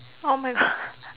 !oh-my-God!